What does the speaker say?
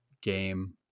game